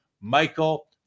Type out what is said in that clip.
Michael